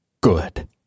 good